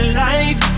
life